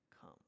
come